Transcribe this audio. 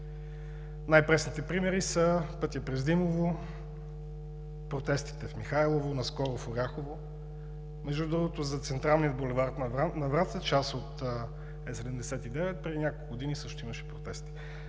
Най-пресните примери са пътят през Димово, протестите в Михайлово, наскоро в Оряхово, за централния булевард на Враца, част от Е-79, преди няколко години също имаше протести.